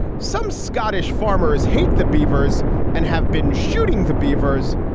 some scottish farmers hate the beavers and have been shooting the beavers.